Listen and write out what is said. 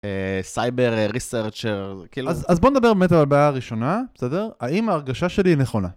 סייבר ריסרצ'ר. אז בוא נדבר באמת על הבעיה הראשונה, בסדר? האם ההרגשה שלי היא נכונה?